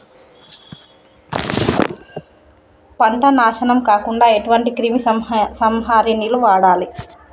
పంట నాశనం కాకుండా ఎటువంటి క్రిమి సంహారిణిలు వాడాలి?